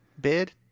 bid